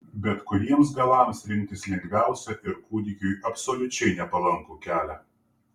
bet kuriems galams rinktis lengviausia ir kūdikiui absoliučiai nepalankų kelią